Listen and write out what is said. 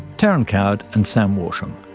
tarryn coward and sam worsham.